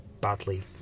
badly